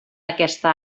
aquesta